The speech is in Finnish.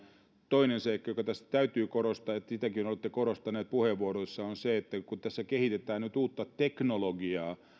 toinen seikka jota tässä täytyy korostaa ja sitäkin olette korostaneet puheenvuoroissanne on se että kun tässä kehitetään nyt uutta teknologiaa